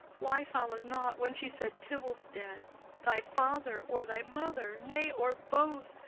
why followed not, when she said tybalt's dead thy father, or thy mother, nay, or both,